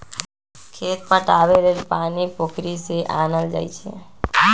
खेत पटाबे लेल पानी पोखरि से आनल जाई छै